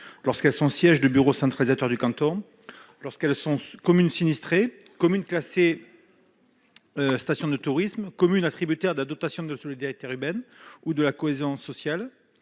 d'arrondissement, sièges du bureau centralisateur de canton, communes sinistrées, communes classées station de tourisme, communes attributaires de la dotation de solidarité urbaine et de cohésion sociale,